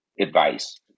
advice